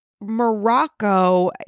Morocco